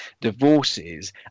divorces